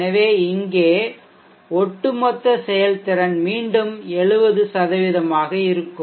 எனவே இங்கே ஒட்டுமொத்த செயல்திறன் மீண்டும் 70 ஆக இருக்கும்